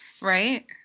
Right